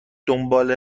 دنبال